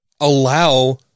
allow